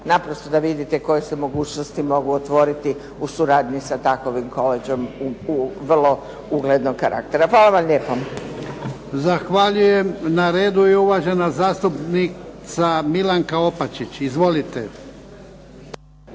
naprosto da vidite koje se mogućnosti mogu otvoriti u suradnji sa takvim koleđom vrlo uglednog karaktera. Hvala vam lijepa. **Jarnjak, Ivan (HDZ)** Zahvaljujem. Na redu je uvažena zastupnica Milanka Opačić. Izvolite.